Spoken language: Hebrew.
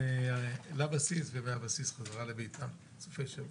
לבסיס ומהבסיס בחזרה לביתם בסופי שבוע.